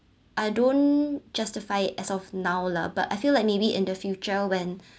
I don't justify it as of now lah but I feel like maybe in the future when